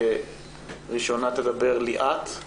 ראשונה תדבר ליאת אנשל,